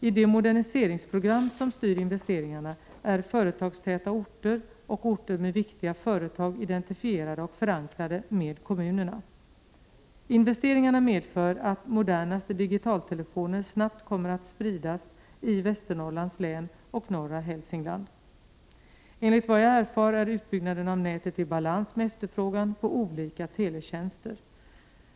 I det moderniseringsprogram som styr investeringarna är företagstäta orter och orter med viktiga företag identifierade och förankrade med kommunerna. Investeringarna medför att modernaste digitaltelefoner snabbt kommer att spridas i Västernorrlands län och norra Hälsingland. Enligt vad jag erfar är utbyggnaden av nätet i balans med efterfrågan på olika teletjänster.